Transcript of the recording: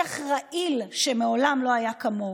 זה שיח רעיל שמעולם לא היה כמוהו.